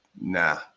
Nah